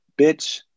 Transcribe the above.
Bitch